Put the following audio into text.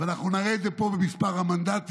ואנחנו נראה את זה פה במספר המנדטים,